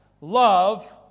love